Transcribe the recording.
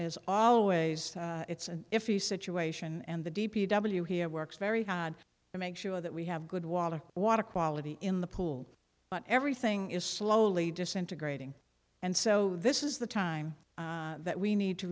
has always it's a if you situation and the d p w here works very hard to make sure that we have good water water quality in the pool but everything is slowly disintegrating and so this is the time that we need to